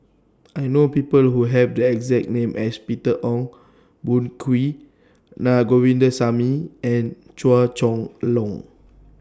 I know People Who Have The exact name as Peter Ong Boon Kwee Na Govindasamy and Chua Chong Long